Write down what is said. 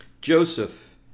Joseph